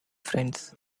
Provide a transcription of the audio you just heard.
friends